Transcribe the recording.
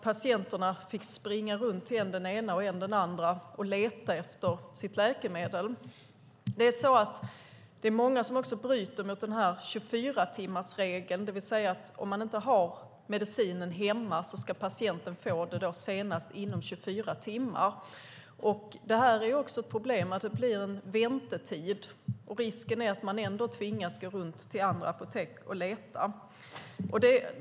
Patienterna fick springa runt till än den ena, än den andra och leta efter sitt läkemedel. Det är många som också bryter mot 24-timmarsregeln. Om man inte har medicinen hemma ska patienten få den senast inom 24 timmar. Det är ett problem att det blir en väntetid. Risken är att människor ändå tvingas gå runt till andra apotek och leta.